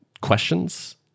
questions